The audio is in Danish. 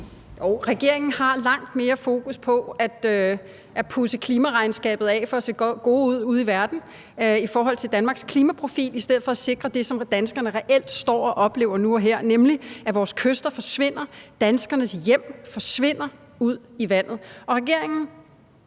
Jo, regeringen har langt mere fokus på at pudse klimaregnskabet af for at se gode ud ude i verden i forhold til Danmarks klimaprofil i stedet for at sikre det, som danskerne reelt står og oplever nu og her, nemlig at vores kyster forsvinder, og at danskernes hjem forsvinder ud i vandet. Regeringen